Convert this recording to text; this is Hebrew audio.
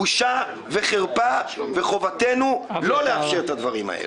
בושה וחרפה." חובתנו לא לאפשר את הדברים האלה.